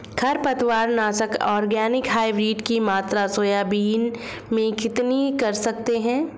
खरपतवार नाशक organic hybrid की मात्रा सोयाबीन में कितनी कर सकते हैं?